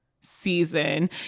season